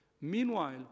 Meanwhile